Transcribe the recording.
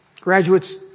Graduates